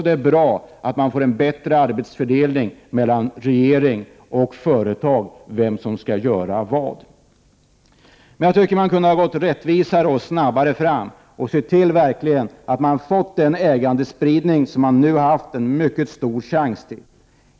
Det är bra att vi får en bättre arbetsfördelning mellan regering och företag. Jag tycker dock att vi kunde ha gått rättvisare och snabbare fram och verkligen sett till att vi får de en ägandespridning som man nu har haft en mycket stor chans till.